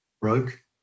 broke